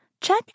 check